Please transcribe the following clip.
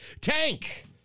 tank